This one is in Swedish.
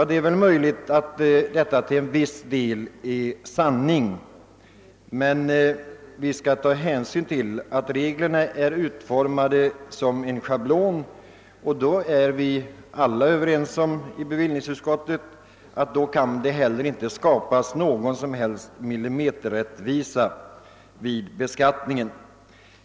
Det är möjligt att detta till en viss del är sanning, men vi skall ta hänsyn till att reglerna är utformade som en schablon, och då är vi alla inom bevillningsutskottet överens om att det inte går att skapa någon millimeterrättvisa vid beskattningen.